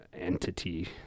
entity